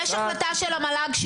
יש החלטה של המל"ג,